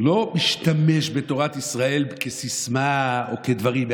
לא ישתמש בתורת ישראל כסיסמה או כדברים,